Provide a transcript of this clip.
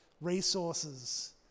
resources